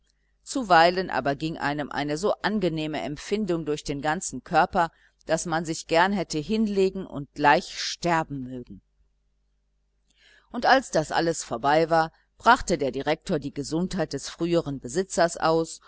zuweilen aber ging einem eine so angenehme empfindung durch den ganzen körper daß man sich gern hätte hinlegen und gleich sterben mögen und als das alles vorbei war brachte der direktor die gesundheit des früheren besitzers aus